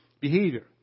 behavior